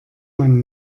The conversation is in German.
man